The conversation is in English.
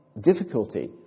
difficulty